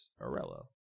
Arello